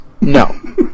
No